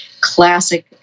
classic